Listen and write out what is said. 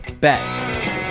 bet